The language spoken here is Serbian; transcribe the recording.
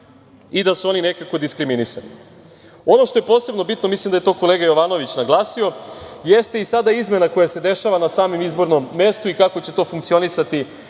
i da su oni nekako diskriminisani. Ono što je posebno bitno, mislim da je to kolega Jovanović naglasio, jeste i sada izmena koja se dešava na samom izbornom mestu i kako će to funkcionisati